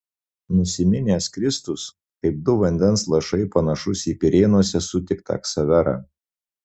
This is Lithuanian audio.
nusiminęs kristus kaip du vandens lašai panašus į pirėnuose sutiktą ksaverą